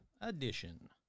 edition